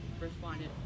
responded